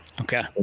Okay